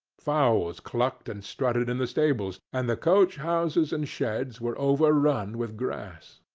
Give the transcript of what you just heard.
fowls clucked and strutted in the stables and the coach-houses and sheds were over-run with grass.